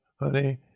honey